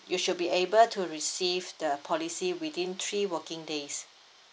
you should be able to receive the policy within three working days